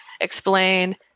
explain